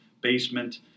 basement